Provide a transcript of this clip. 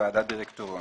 ועדת דירקטוריון.